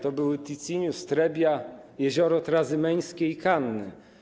To były Ticinus, Trebia, Jezioro Trazymeńskie i Kanny.